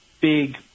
big